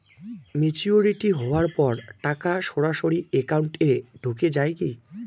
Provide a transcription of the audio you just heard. Maturity হওয়ার পর টাকা সরাসরি একাউন্ট এ ঢুকে য়ায় কি?